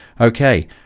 Okay